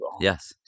Yes